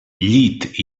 llit